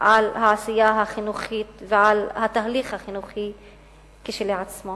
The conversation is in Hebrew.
לעשייה החינוכית ולתהליך החינוכי כשלעצמו.